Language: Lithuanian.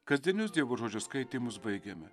kasdienius dievo žodžio skaitymus baigėme